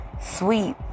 sweet